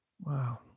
Wow